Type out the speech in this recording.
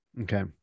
Okay